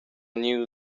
knew